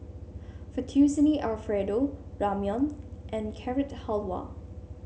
Fettuccine Alfredo Ramyeon and Carrot Halwa